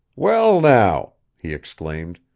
well, now! he exclaimed.